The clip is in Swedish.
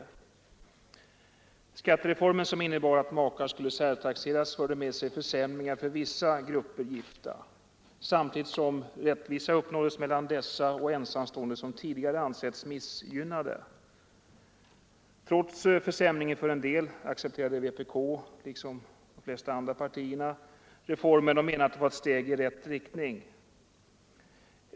Den skattereform som innebar att makar skall särtaxeras förde med sig en försämring för vissa grupper gifta, samtidigt som en rättvisa uppnåddes mellan gifta och ensamstående som tidigare ansetts missgynnade, Trots försämringen för en del accepterade vpk, liksom de flesta andra partierna, reformen och menade att det var ett steg i rätt riktning.